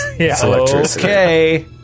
Okay